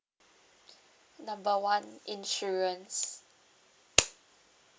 number one insurance